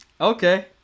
Okay